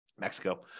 Mexico